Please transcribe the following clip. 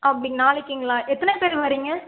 அப்படி நாளைக்கிங்களா எத்தனை பேர் வரீங்க